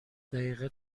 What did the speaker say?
دقیقه